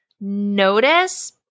notice